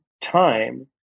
time